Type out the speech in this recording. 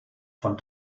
von